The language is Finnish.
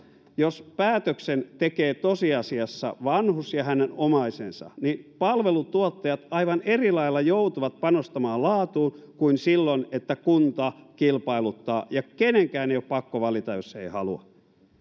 jos päätöksen tekevät tosiasiassa vanhus ja hänen omaisensa niin palveluntuottajat aivan eri lailla joutuvat panostamaan laatuun kuin silloin kun kunta kilpailuttaa ja kenenkään ei ole pakko valita jos ei halua